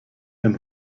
and